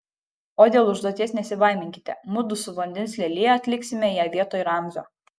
o dėl užduoties nesibaiminkite mudu su vandens lelija atliksime ją vietoj ramzio